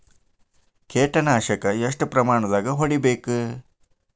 ಕೇಟ ನಾಶಕ ಎಷ್ಟ ಪ್ರಮಾಣದಾಗ್ ಹೊಡಿಬೇಕ?